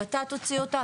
הות"ת הוציא אותה,